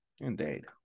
Indeed